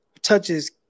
touches